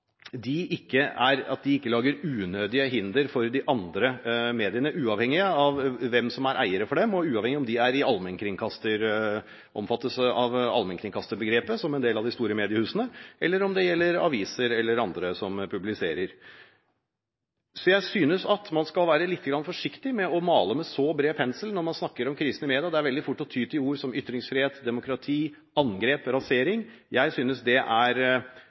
de ikke lager unødige hindre for de andre mediene, uavhengig av hvem som er eiere av disse, og uavhengig av om de omfattes av allmennkringkasterbegrepet, slik som en del av de store mediehusene, eller om det gjelder aviser eller andre som publiserer. Jeg synes man skal være litt forsiktig med å male med bred pensel når man snakker om krisen i media. Det er veldig lett å ty til ord som ytringsfrihet, demokrati, angrep og rasering. Jeg synes det